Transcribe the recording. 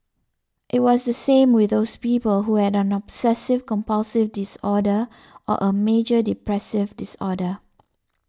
it was the same with those people who had an obsessive compulsive disorder or a major depressive disorder